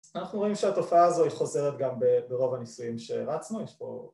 ‫אנחנו רואים שהתופעה הזו היא ‫חוזרת גם ברוב הניסויים שהרצנו.